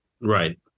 Right